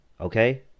Okay